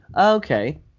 okay